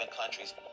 countries